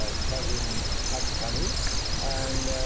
ah kevin habtouk and